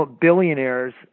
billionaires